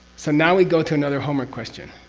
so, now we go to another homework question.